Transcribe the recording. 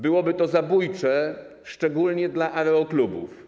Byłoby to zabójcze, szczególnie dla aeroklubów.